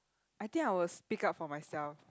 I think I will speak up for myself